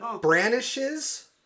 brandishes